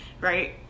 right